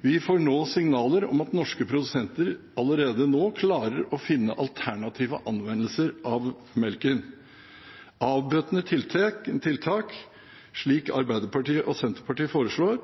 Vi får nå signaler om at norske produsenter allerede nå klarer å finne alternative anvendelser av melken. Avbøtende tiltak, slik Arbeiderpartiet og Senterpartiet foreslår,